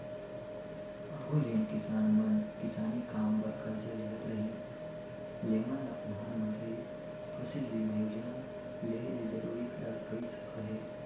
आघु जेन किसान मन किसानी काम बर करजा लेहत रहिन तेमन ल परधानमंतरी फसिल बीमा योजना लेहे ले जरूरी करल गइस अहे